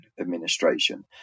administration